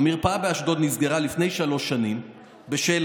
המרפאה באשדוד נסגרה לפני שלוש שנים בשל